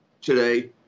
today